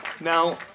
Now